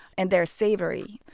and they're savory,